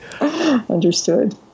Understood